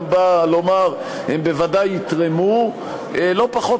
גם עליה לומר: הם בוודאי יתרמו לא פחות